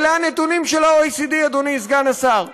אלה הנתונים של ה-OECD, אדוני סגן השר.